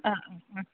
ആ ആ ആ